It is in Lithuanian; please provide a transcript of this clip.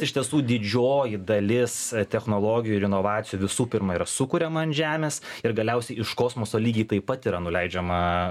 iš tiesų didžioji dalis technologijų ir inovacijų visų pirma yra sukuriama ant žemės ir galiausiai iš kosmoso lygiai taip pat yra nuleidžiama